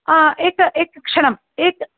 एकम् एकक्षणम् एकं